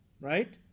right